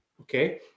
Okay